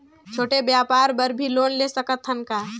छोटे व्यापार बर भी लोन ले सकत हन का?